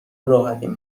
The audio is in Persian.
راحتین